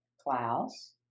Klaus